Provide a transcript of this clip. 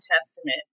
testament